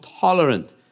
tolerant